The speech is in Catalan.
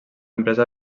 empresa